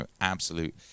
absolute